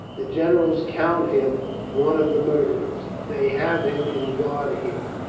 the gen erals count him one of the murderers. they have him in guard here.